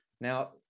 Now